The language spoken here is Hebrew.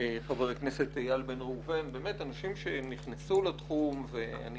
חבר הכנסת אייל בן ראובן אנשים שנכנסו לתחום ואני